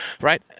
Right